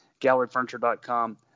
GalleryFurniture.com